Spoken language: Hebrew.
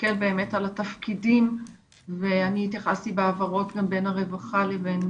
להסתכל באמת על התפקידים ואני התייחסתי בהעברות גם בין הרווחה לבין